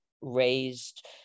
raised